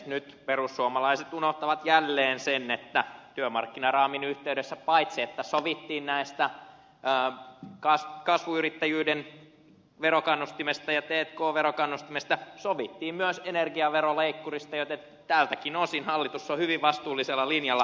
nyt perussuomalaiset unohtavat jälleen sen että työmarkkinaraamin yhteydessä paitsi että sovittiin kasvuyrittäjyyden verokannustimesta ja t k verokannustimesta sovittiin myös energiaveroleikkurista joten tältäkin osin hallitus on hyvin vastuullisella linjalla